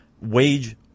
wage